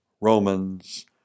Romans